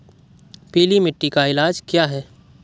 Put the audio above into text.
पीली मिट्टी का इलाज क्या है?